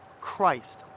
Christ